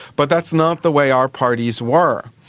but that's not the way our parties were.